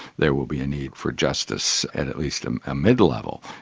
there will be a need for justice at at least um a mid level.